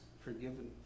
forgiven